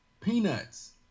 peanuts